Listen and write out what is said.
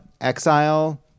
Exile